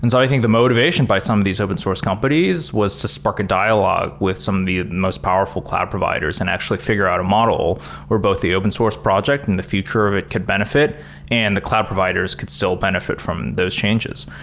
and so i think the motivation by some of these open source companies was to spark a dialogue with some of the most powerful cloud providers and actually figure out a model where both the open source project and the future of it could benefit and the cloud providers could still benefit from those changes.